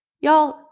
Y'all